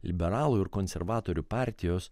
liberalų ir konservatorių partijos